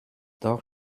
doch